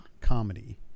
comedy